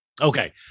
Okay